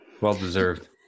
Well-deserved